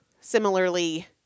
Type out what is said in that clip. similarly